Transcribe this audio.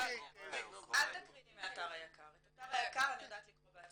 היק"ר, את אתר היק"ר אני יודעת לקרוא בעצמי.